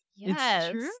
Yes